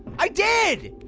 i did,